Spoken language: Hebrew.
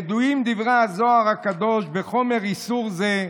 ידועים דברי הזוהר הקדוש בחומר איסור זה,